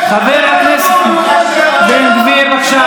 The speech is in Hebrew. ומי ששולל את זכות קיומה של המדינה,